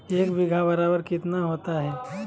एक बीघा बराबर कितना होता है?